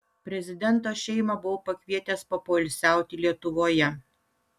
prezidento šeimą buvau pakvietęs papoilsiauti lietuvoje